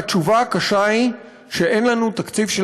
והתשובה הקשה היא שאין לנו תקציב של